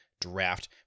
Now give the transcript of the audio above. draft